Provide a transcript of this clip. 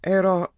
era